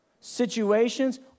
situations